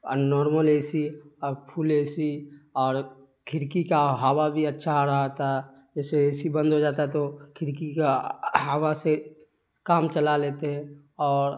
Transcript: اور normal AC اور full AC اور کھڑکی کا ہوا بھی اچھا آ رہا تھا جیسے اے سی بند ہو جاتا تو کھڑکی کا ہوا سے کام چلا لیتے اور